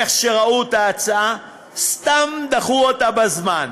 איך שראו את ההצעה, סתם דחו אותה בזמן.